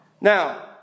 Now